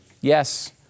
Yes